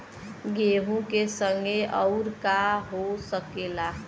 गेहूँ के संगे अउर का का हो सकेला?